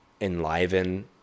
enliven